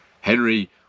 Henry